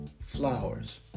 Flowers